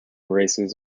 races